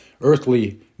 earthly